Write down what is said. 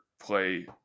play